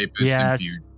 Yes